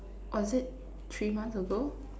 or is it three months ago